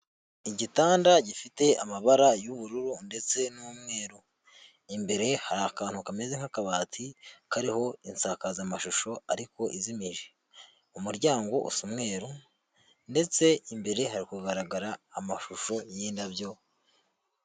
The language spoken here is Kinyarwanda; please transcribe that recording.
Igitanda gifite amabara y'ubururu, ndetse n'umweru. Imbere hari akantu kameze nk'akabati kariho insakazamashusho ariko izimije, umuryango usa umweru ndetse imbere hakagaragara amashusho y'indabyo.